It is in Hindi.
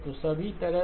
तो सभी तरह से